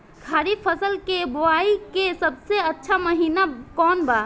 खरीफ फसल के बोआई के सबसे अच्छा महिना कौन बा?